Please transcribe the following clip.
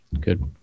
Good